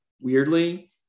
weirdly